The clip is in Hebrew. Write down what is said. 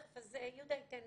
יהודה ייתן